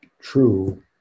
true